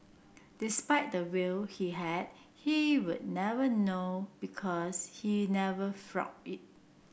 despite the wealth he had he would never know because he never flaunted it